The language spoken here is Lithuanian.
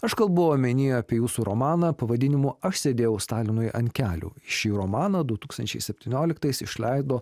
aš kalbu omeny apie jūsų romaną pavadinimu aš sėdėjau stalinui ant kelių šį romaną du tūkstančiai septynioliktais išleido